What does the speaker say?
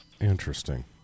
Interesting